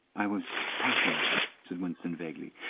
i was passing said winston vaguely.